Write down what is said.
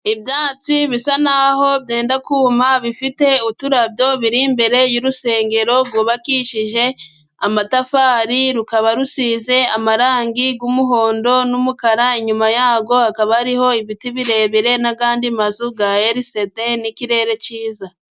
Ibyatsi bisa n'aho byenda kuma bifite uturabyo, biri imbere y'urusengero rwubakishije amatafari, rukaba rusize amarangi y'umuhondo n'umukara, inyuma yaho hakaba ari ibiti birebire, n'andi mazu ya elisede, n'ikirere cyiza.